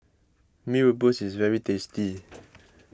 Mee Rebus is very tasty